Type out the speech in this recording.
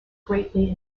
greatly